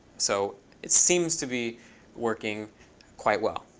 so it seems to be working quite well.